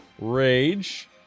rage